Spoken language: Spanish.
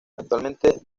actualmente